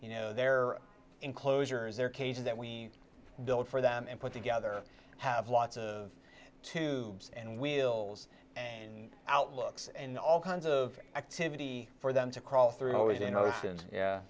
you know their enclosures their cages that we build for them and put together have lots of tubes and wheels and outlooks and all kinds of activity for them to crawl through always